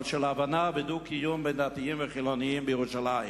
אבל של הבנה ודו-קיום בין דתיים לחילונים בירושלים,